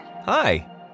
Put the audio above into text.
Hi